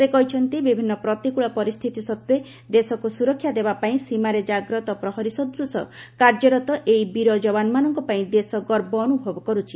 ସେ କହିଛନ୍ତି ବିଭିନ୍ନ ପ୍ରତିକୂଳ ପରିସ୍ଥିତି ସତ୍ତ୍ୱେ ଦେଶକୁ ସୁରକ୍ଷା ଦେବା ପାଇଁ ସୀମାରେ ଜାଗ୍ରତ ପ୍ରହରୀ ସଦୂଶ କାର୍ଯ୍ୟରତ ଏଇ ବୀର ଯବାନମାନଙ୍କ ପାଇଁ ଦେଶ ଗର୍ବ ଅନୁଭବ କରୁଛି